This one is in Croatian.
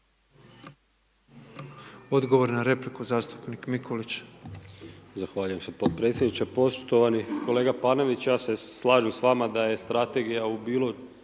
Odgovor na repliku, zastupnik Mikulić.